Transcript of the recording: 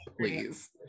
please